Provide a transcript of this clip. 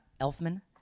Elfman